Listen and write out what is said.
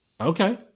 Okay